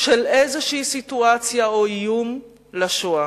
של איזושהי סיטואציה או איום לשואה.